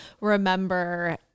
remember